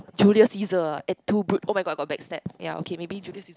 Julius-Caesar et tu Brute oh-my-god I got backstabbed ya okay maybe Julius-Caesar